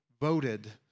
voted